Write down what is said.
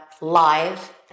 live